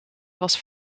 was